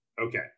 Okay